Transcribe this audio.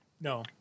No